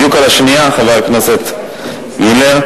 בדיוק על השנייה, חבר הכנסת מילר.